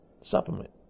supplement